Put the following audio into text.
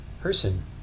person